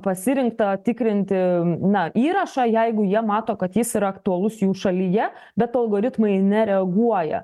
pasirinktą tikrinti na įrašą jeigu jie mato kad jis yra aktualus jų šalyje bet algoritmai nereaguoja